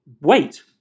wait